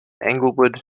englewood